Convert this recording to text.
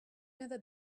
never